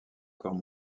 corps